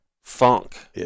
funk